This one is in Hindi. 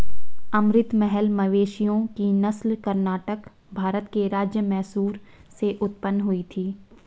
अमृत महल मवेशियों की नस्ल कर्नाटक, भारत के राज्य मैसूर से उत्पन्न हुई थी